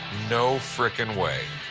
no frickin' way.